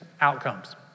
outcomes